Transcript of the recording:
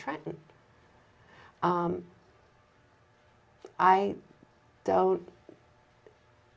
trenton i don't